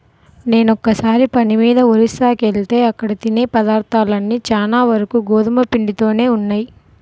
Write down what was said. నేనొకసారి పని మీద ఒరిస్సాకెళ్తే అక్కడ తినే పదార్థాలన్నీ చానా వరకు గోధుమ పిండితోనే ఉన్నయ్